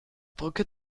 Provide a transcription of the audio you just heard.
brücke